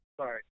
Sorry